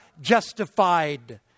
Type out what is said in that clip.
justified